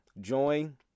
join